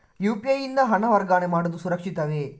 UPI ಯಿಂದ ಹಣ ವರ್ಗಾವಣೆ ಮಾಡುವುದು ಸುರಕ್ಷಿತವೇ?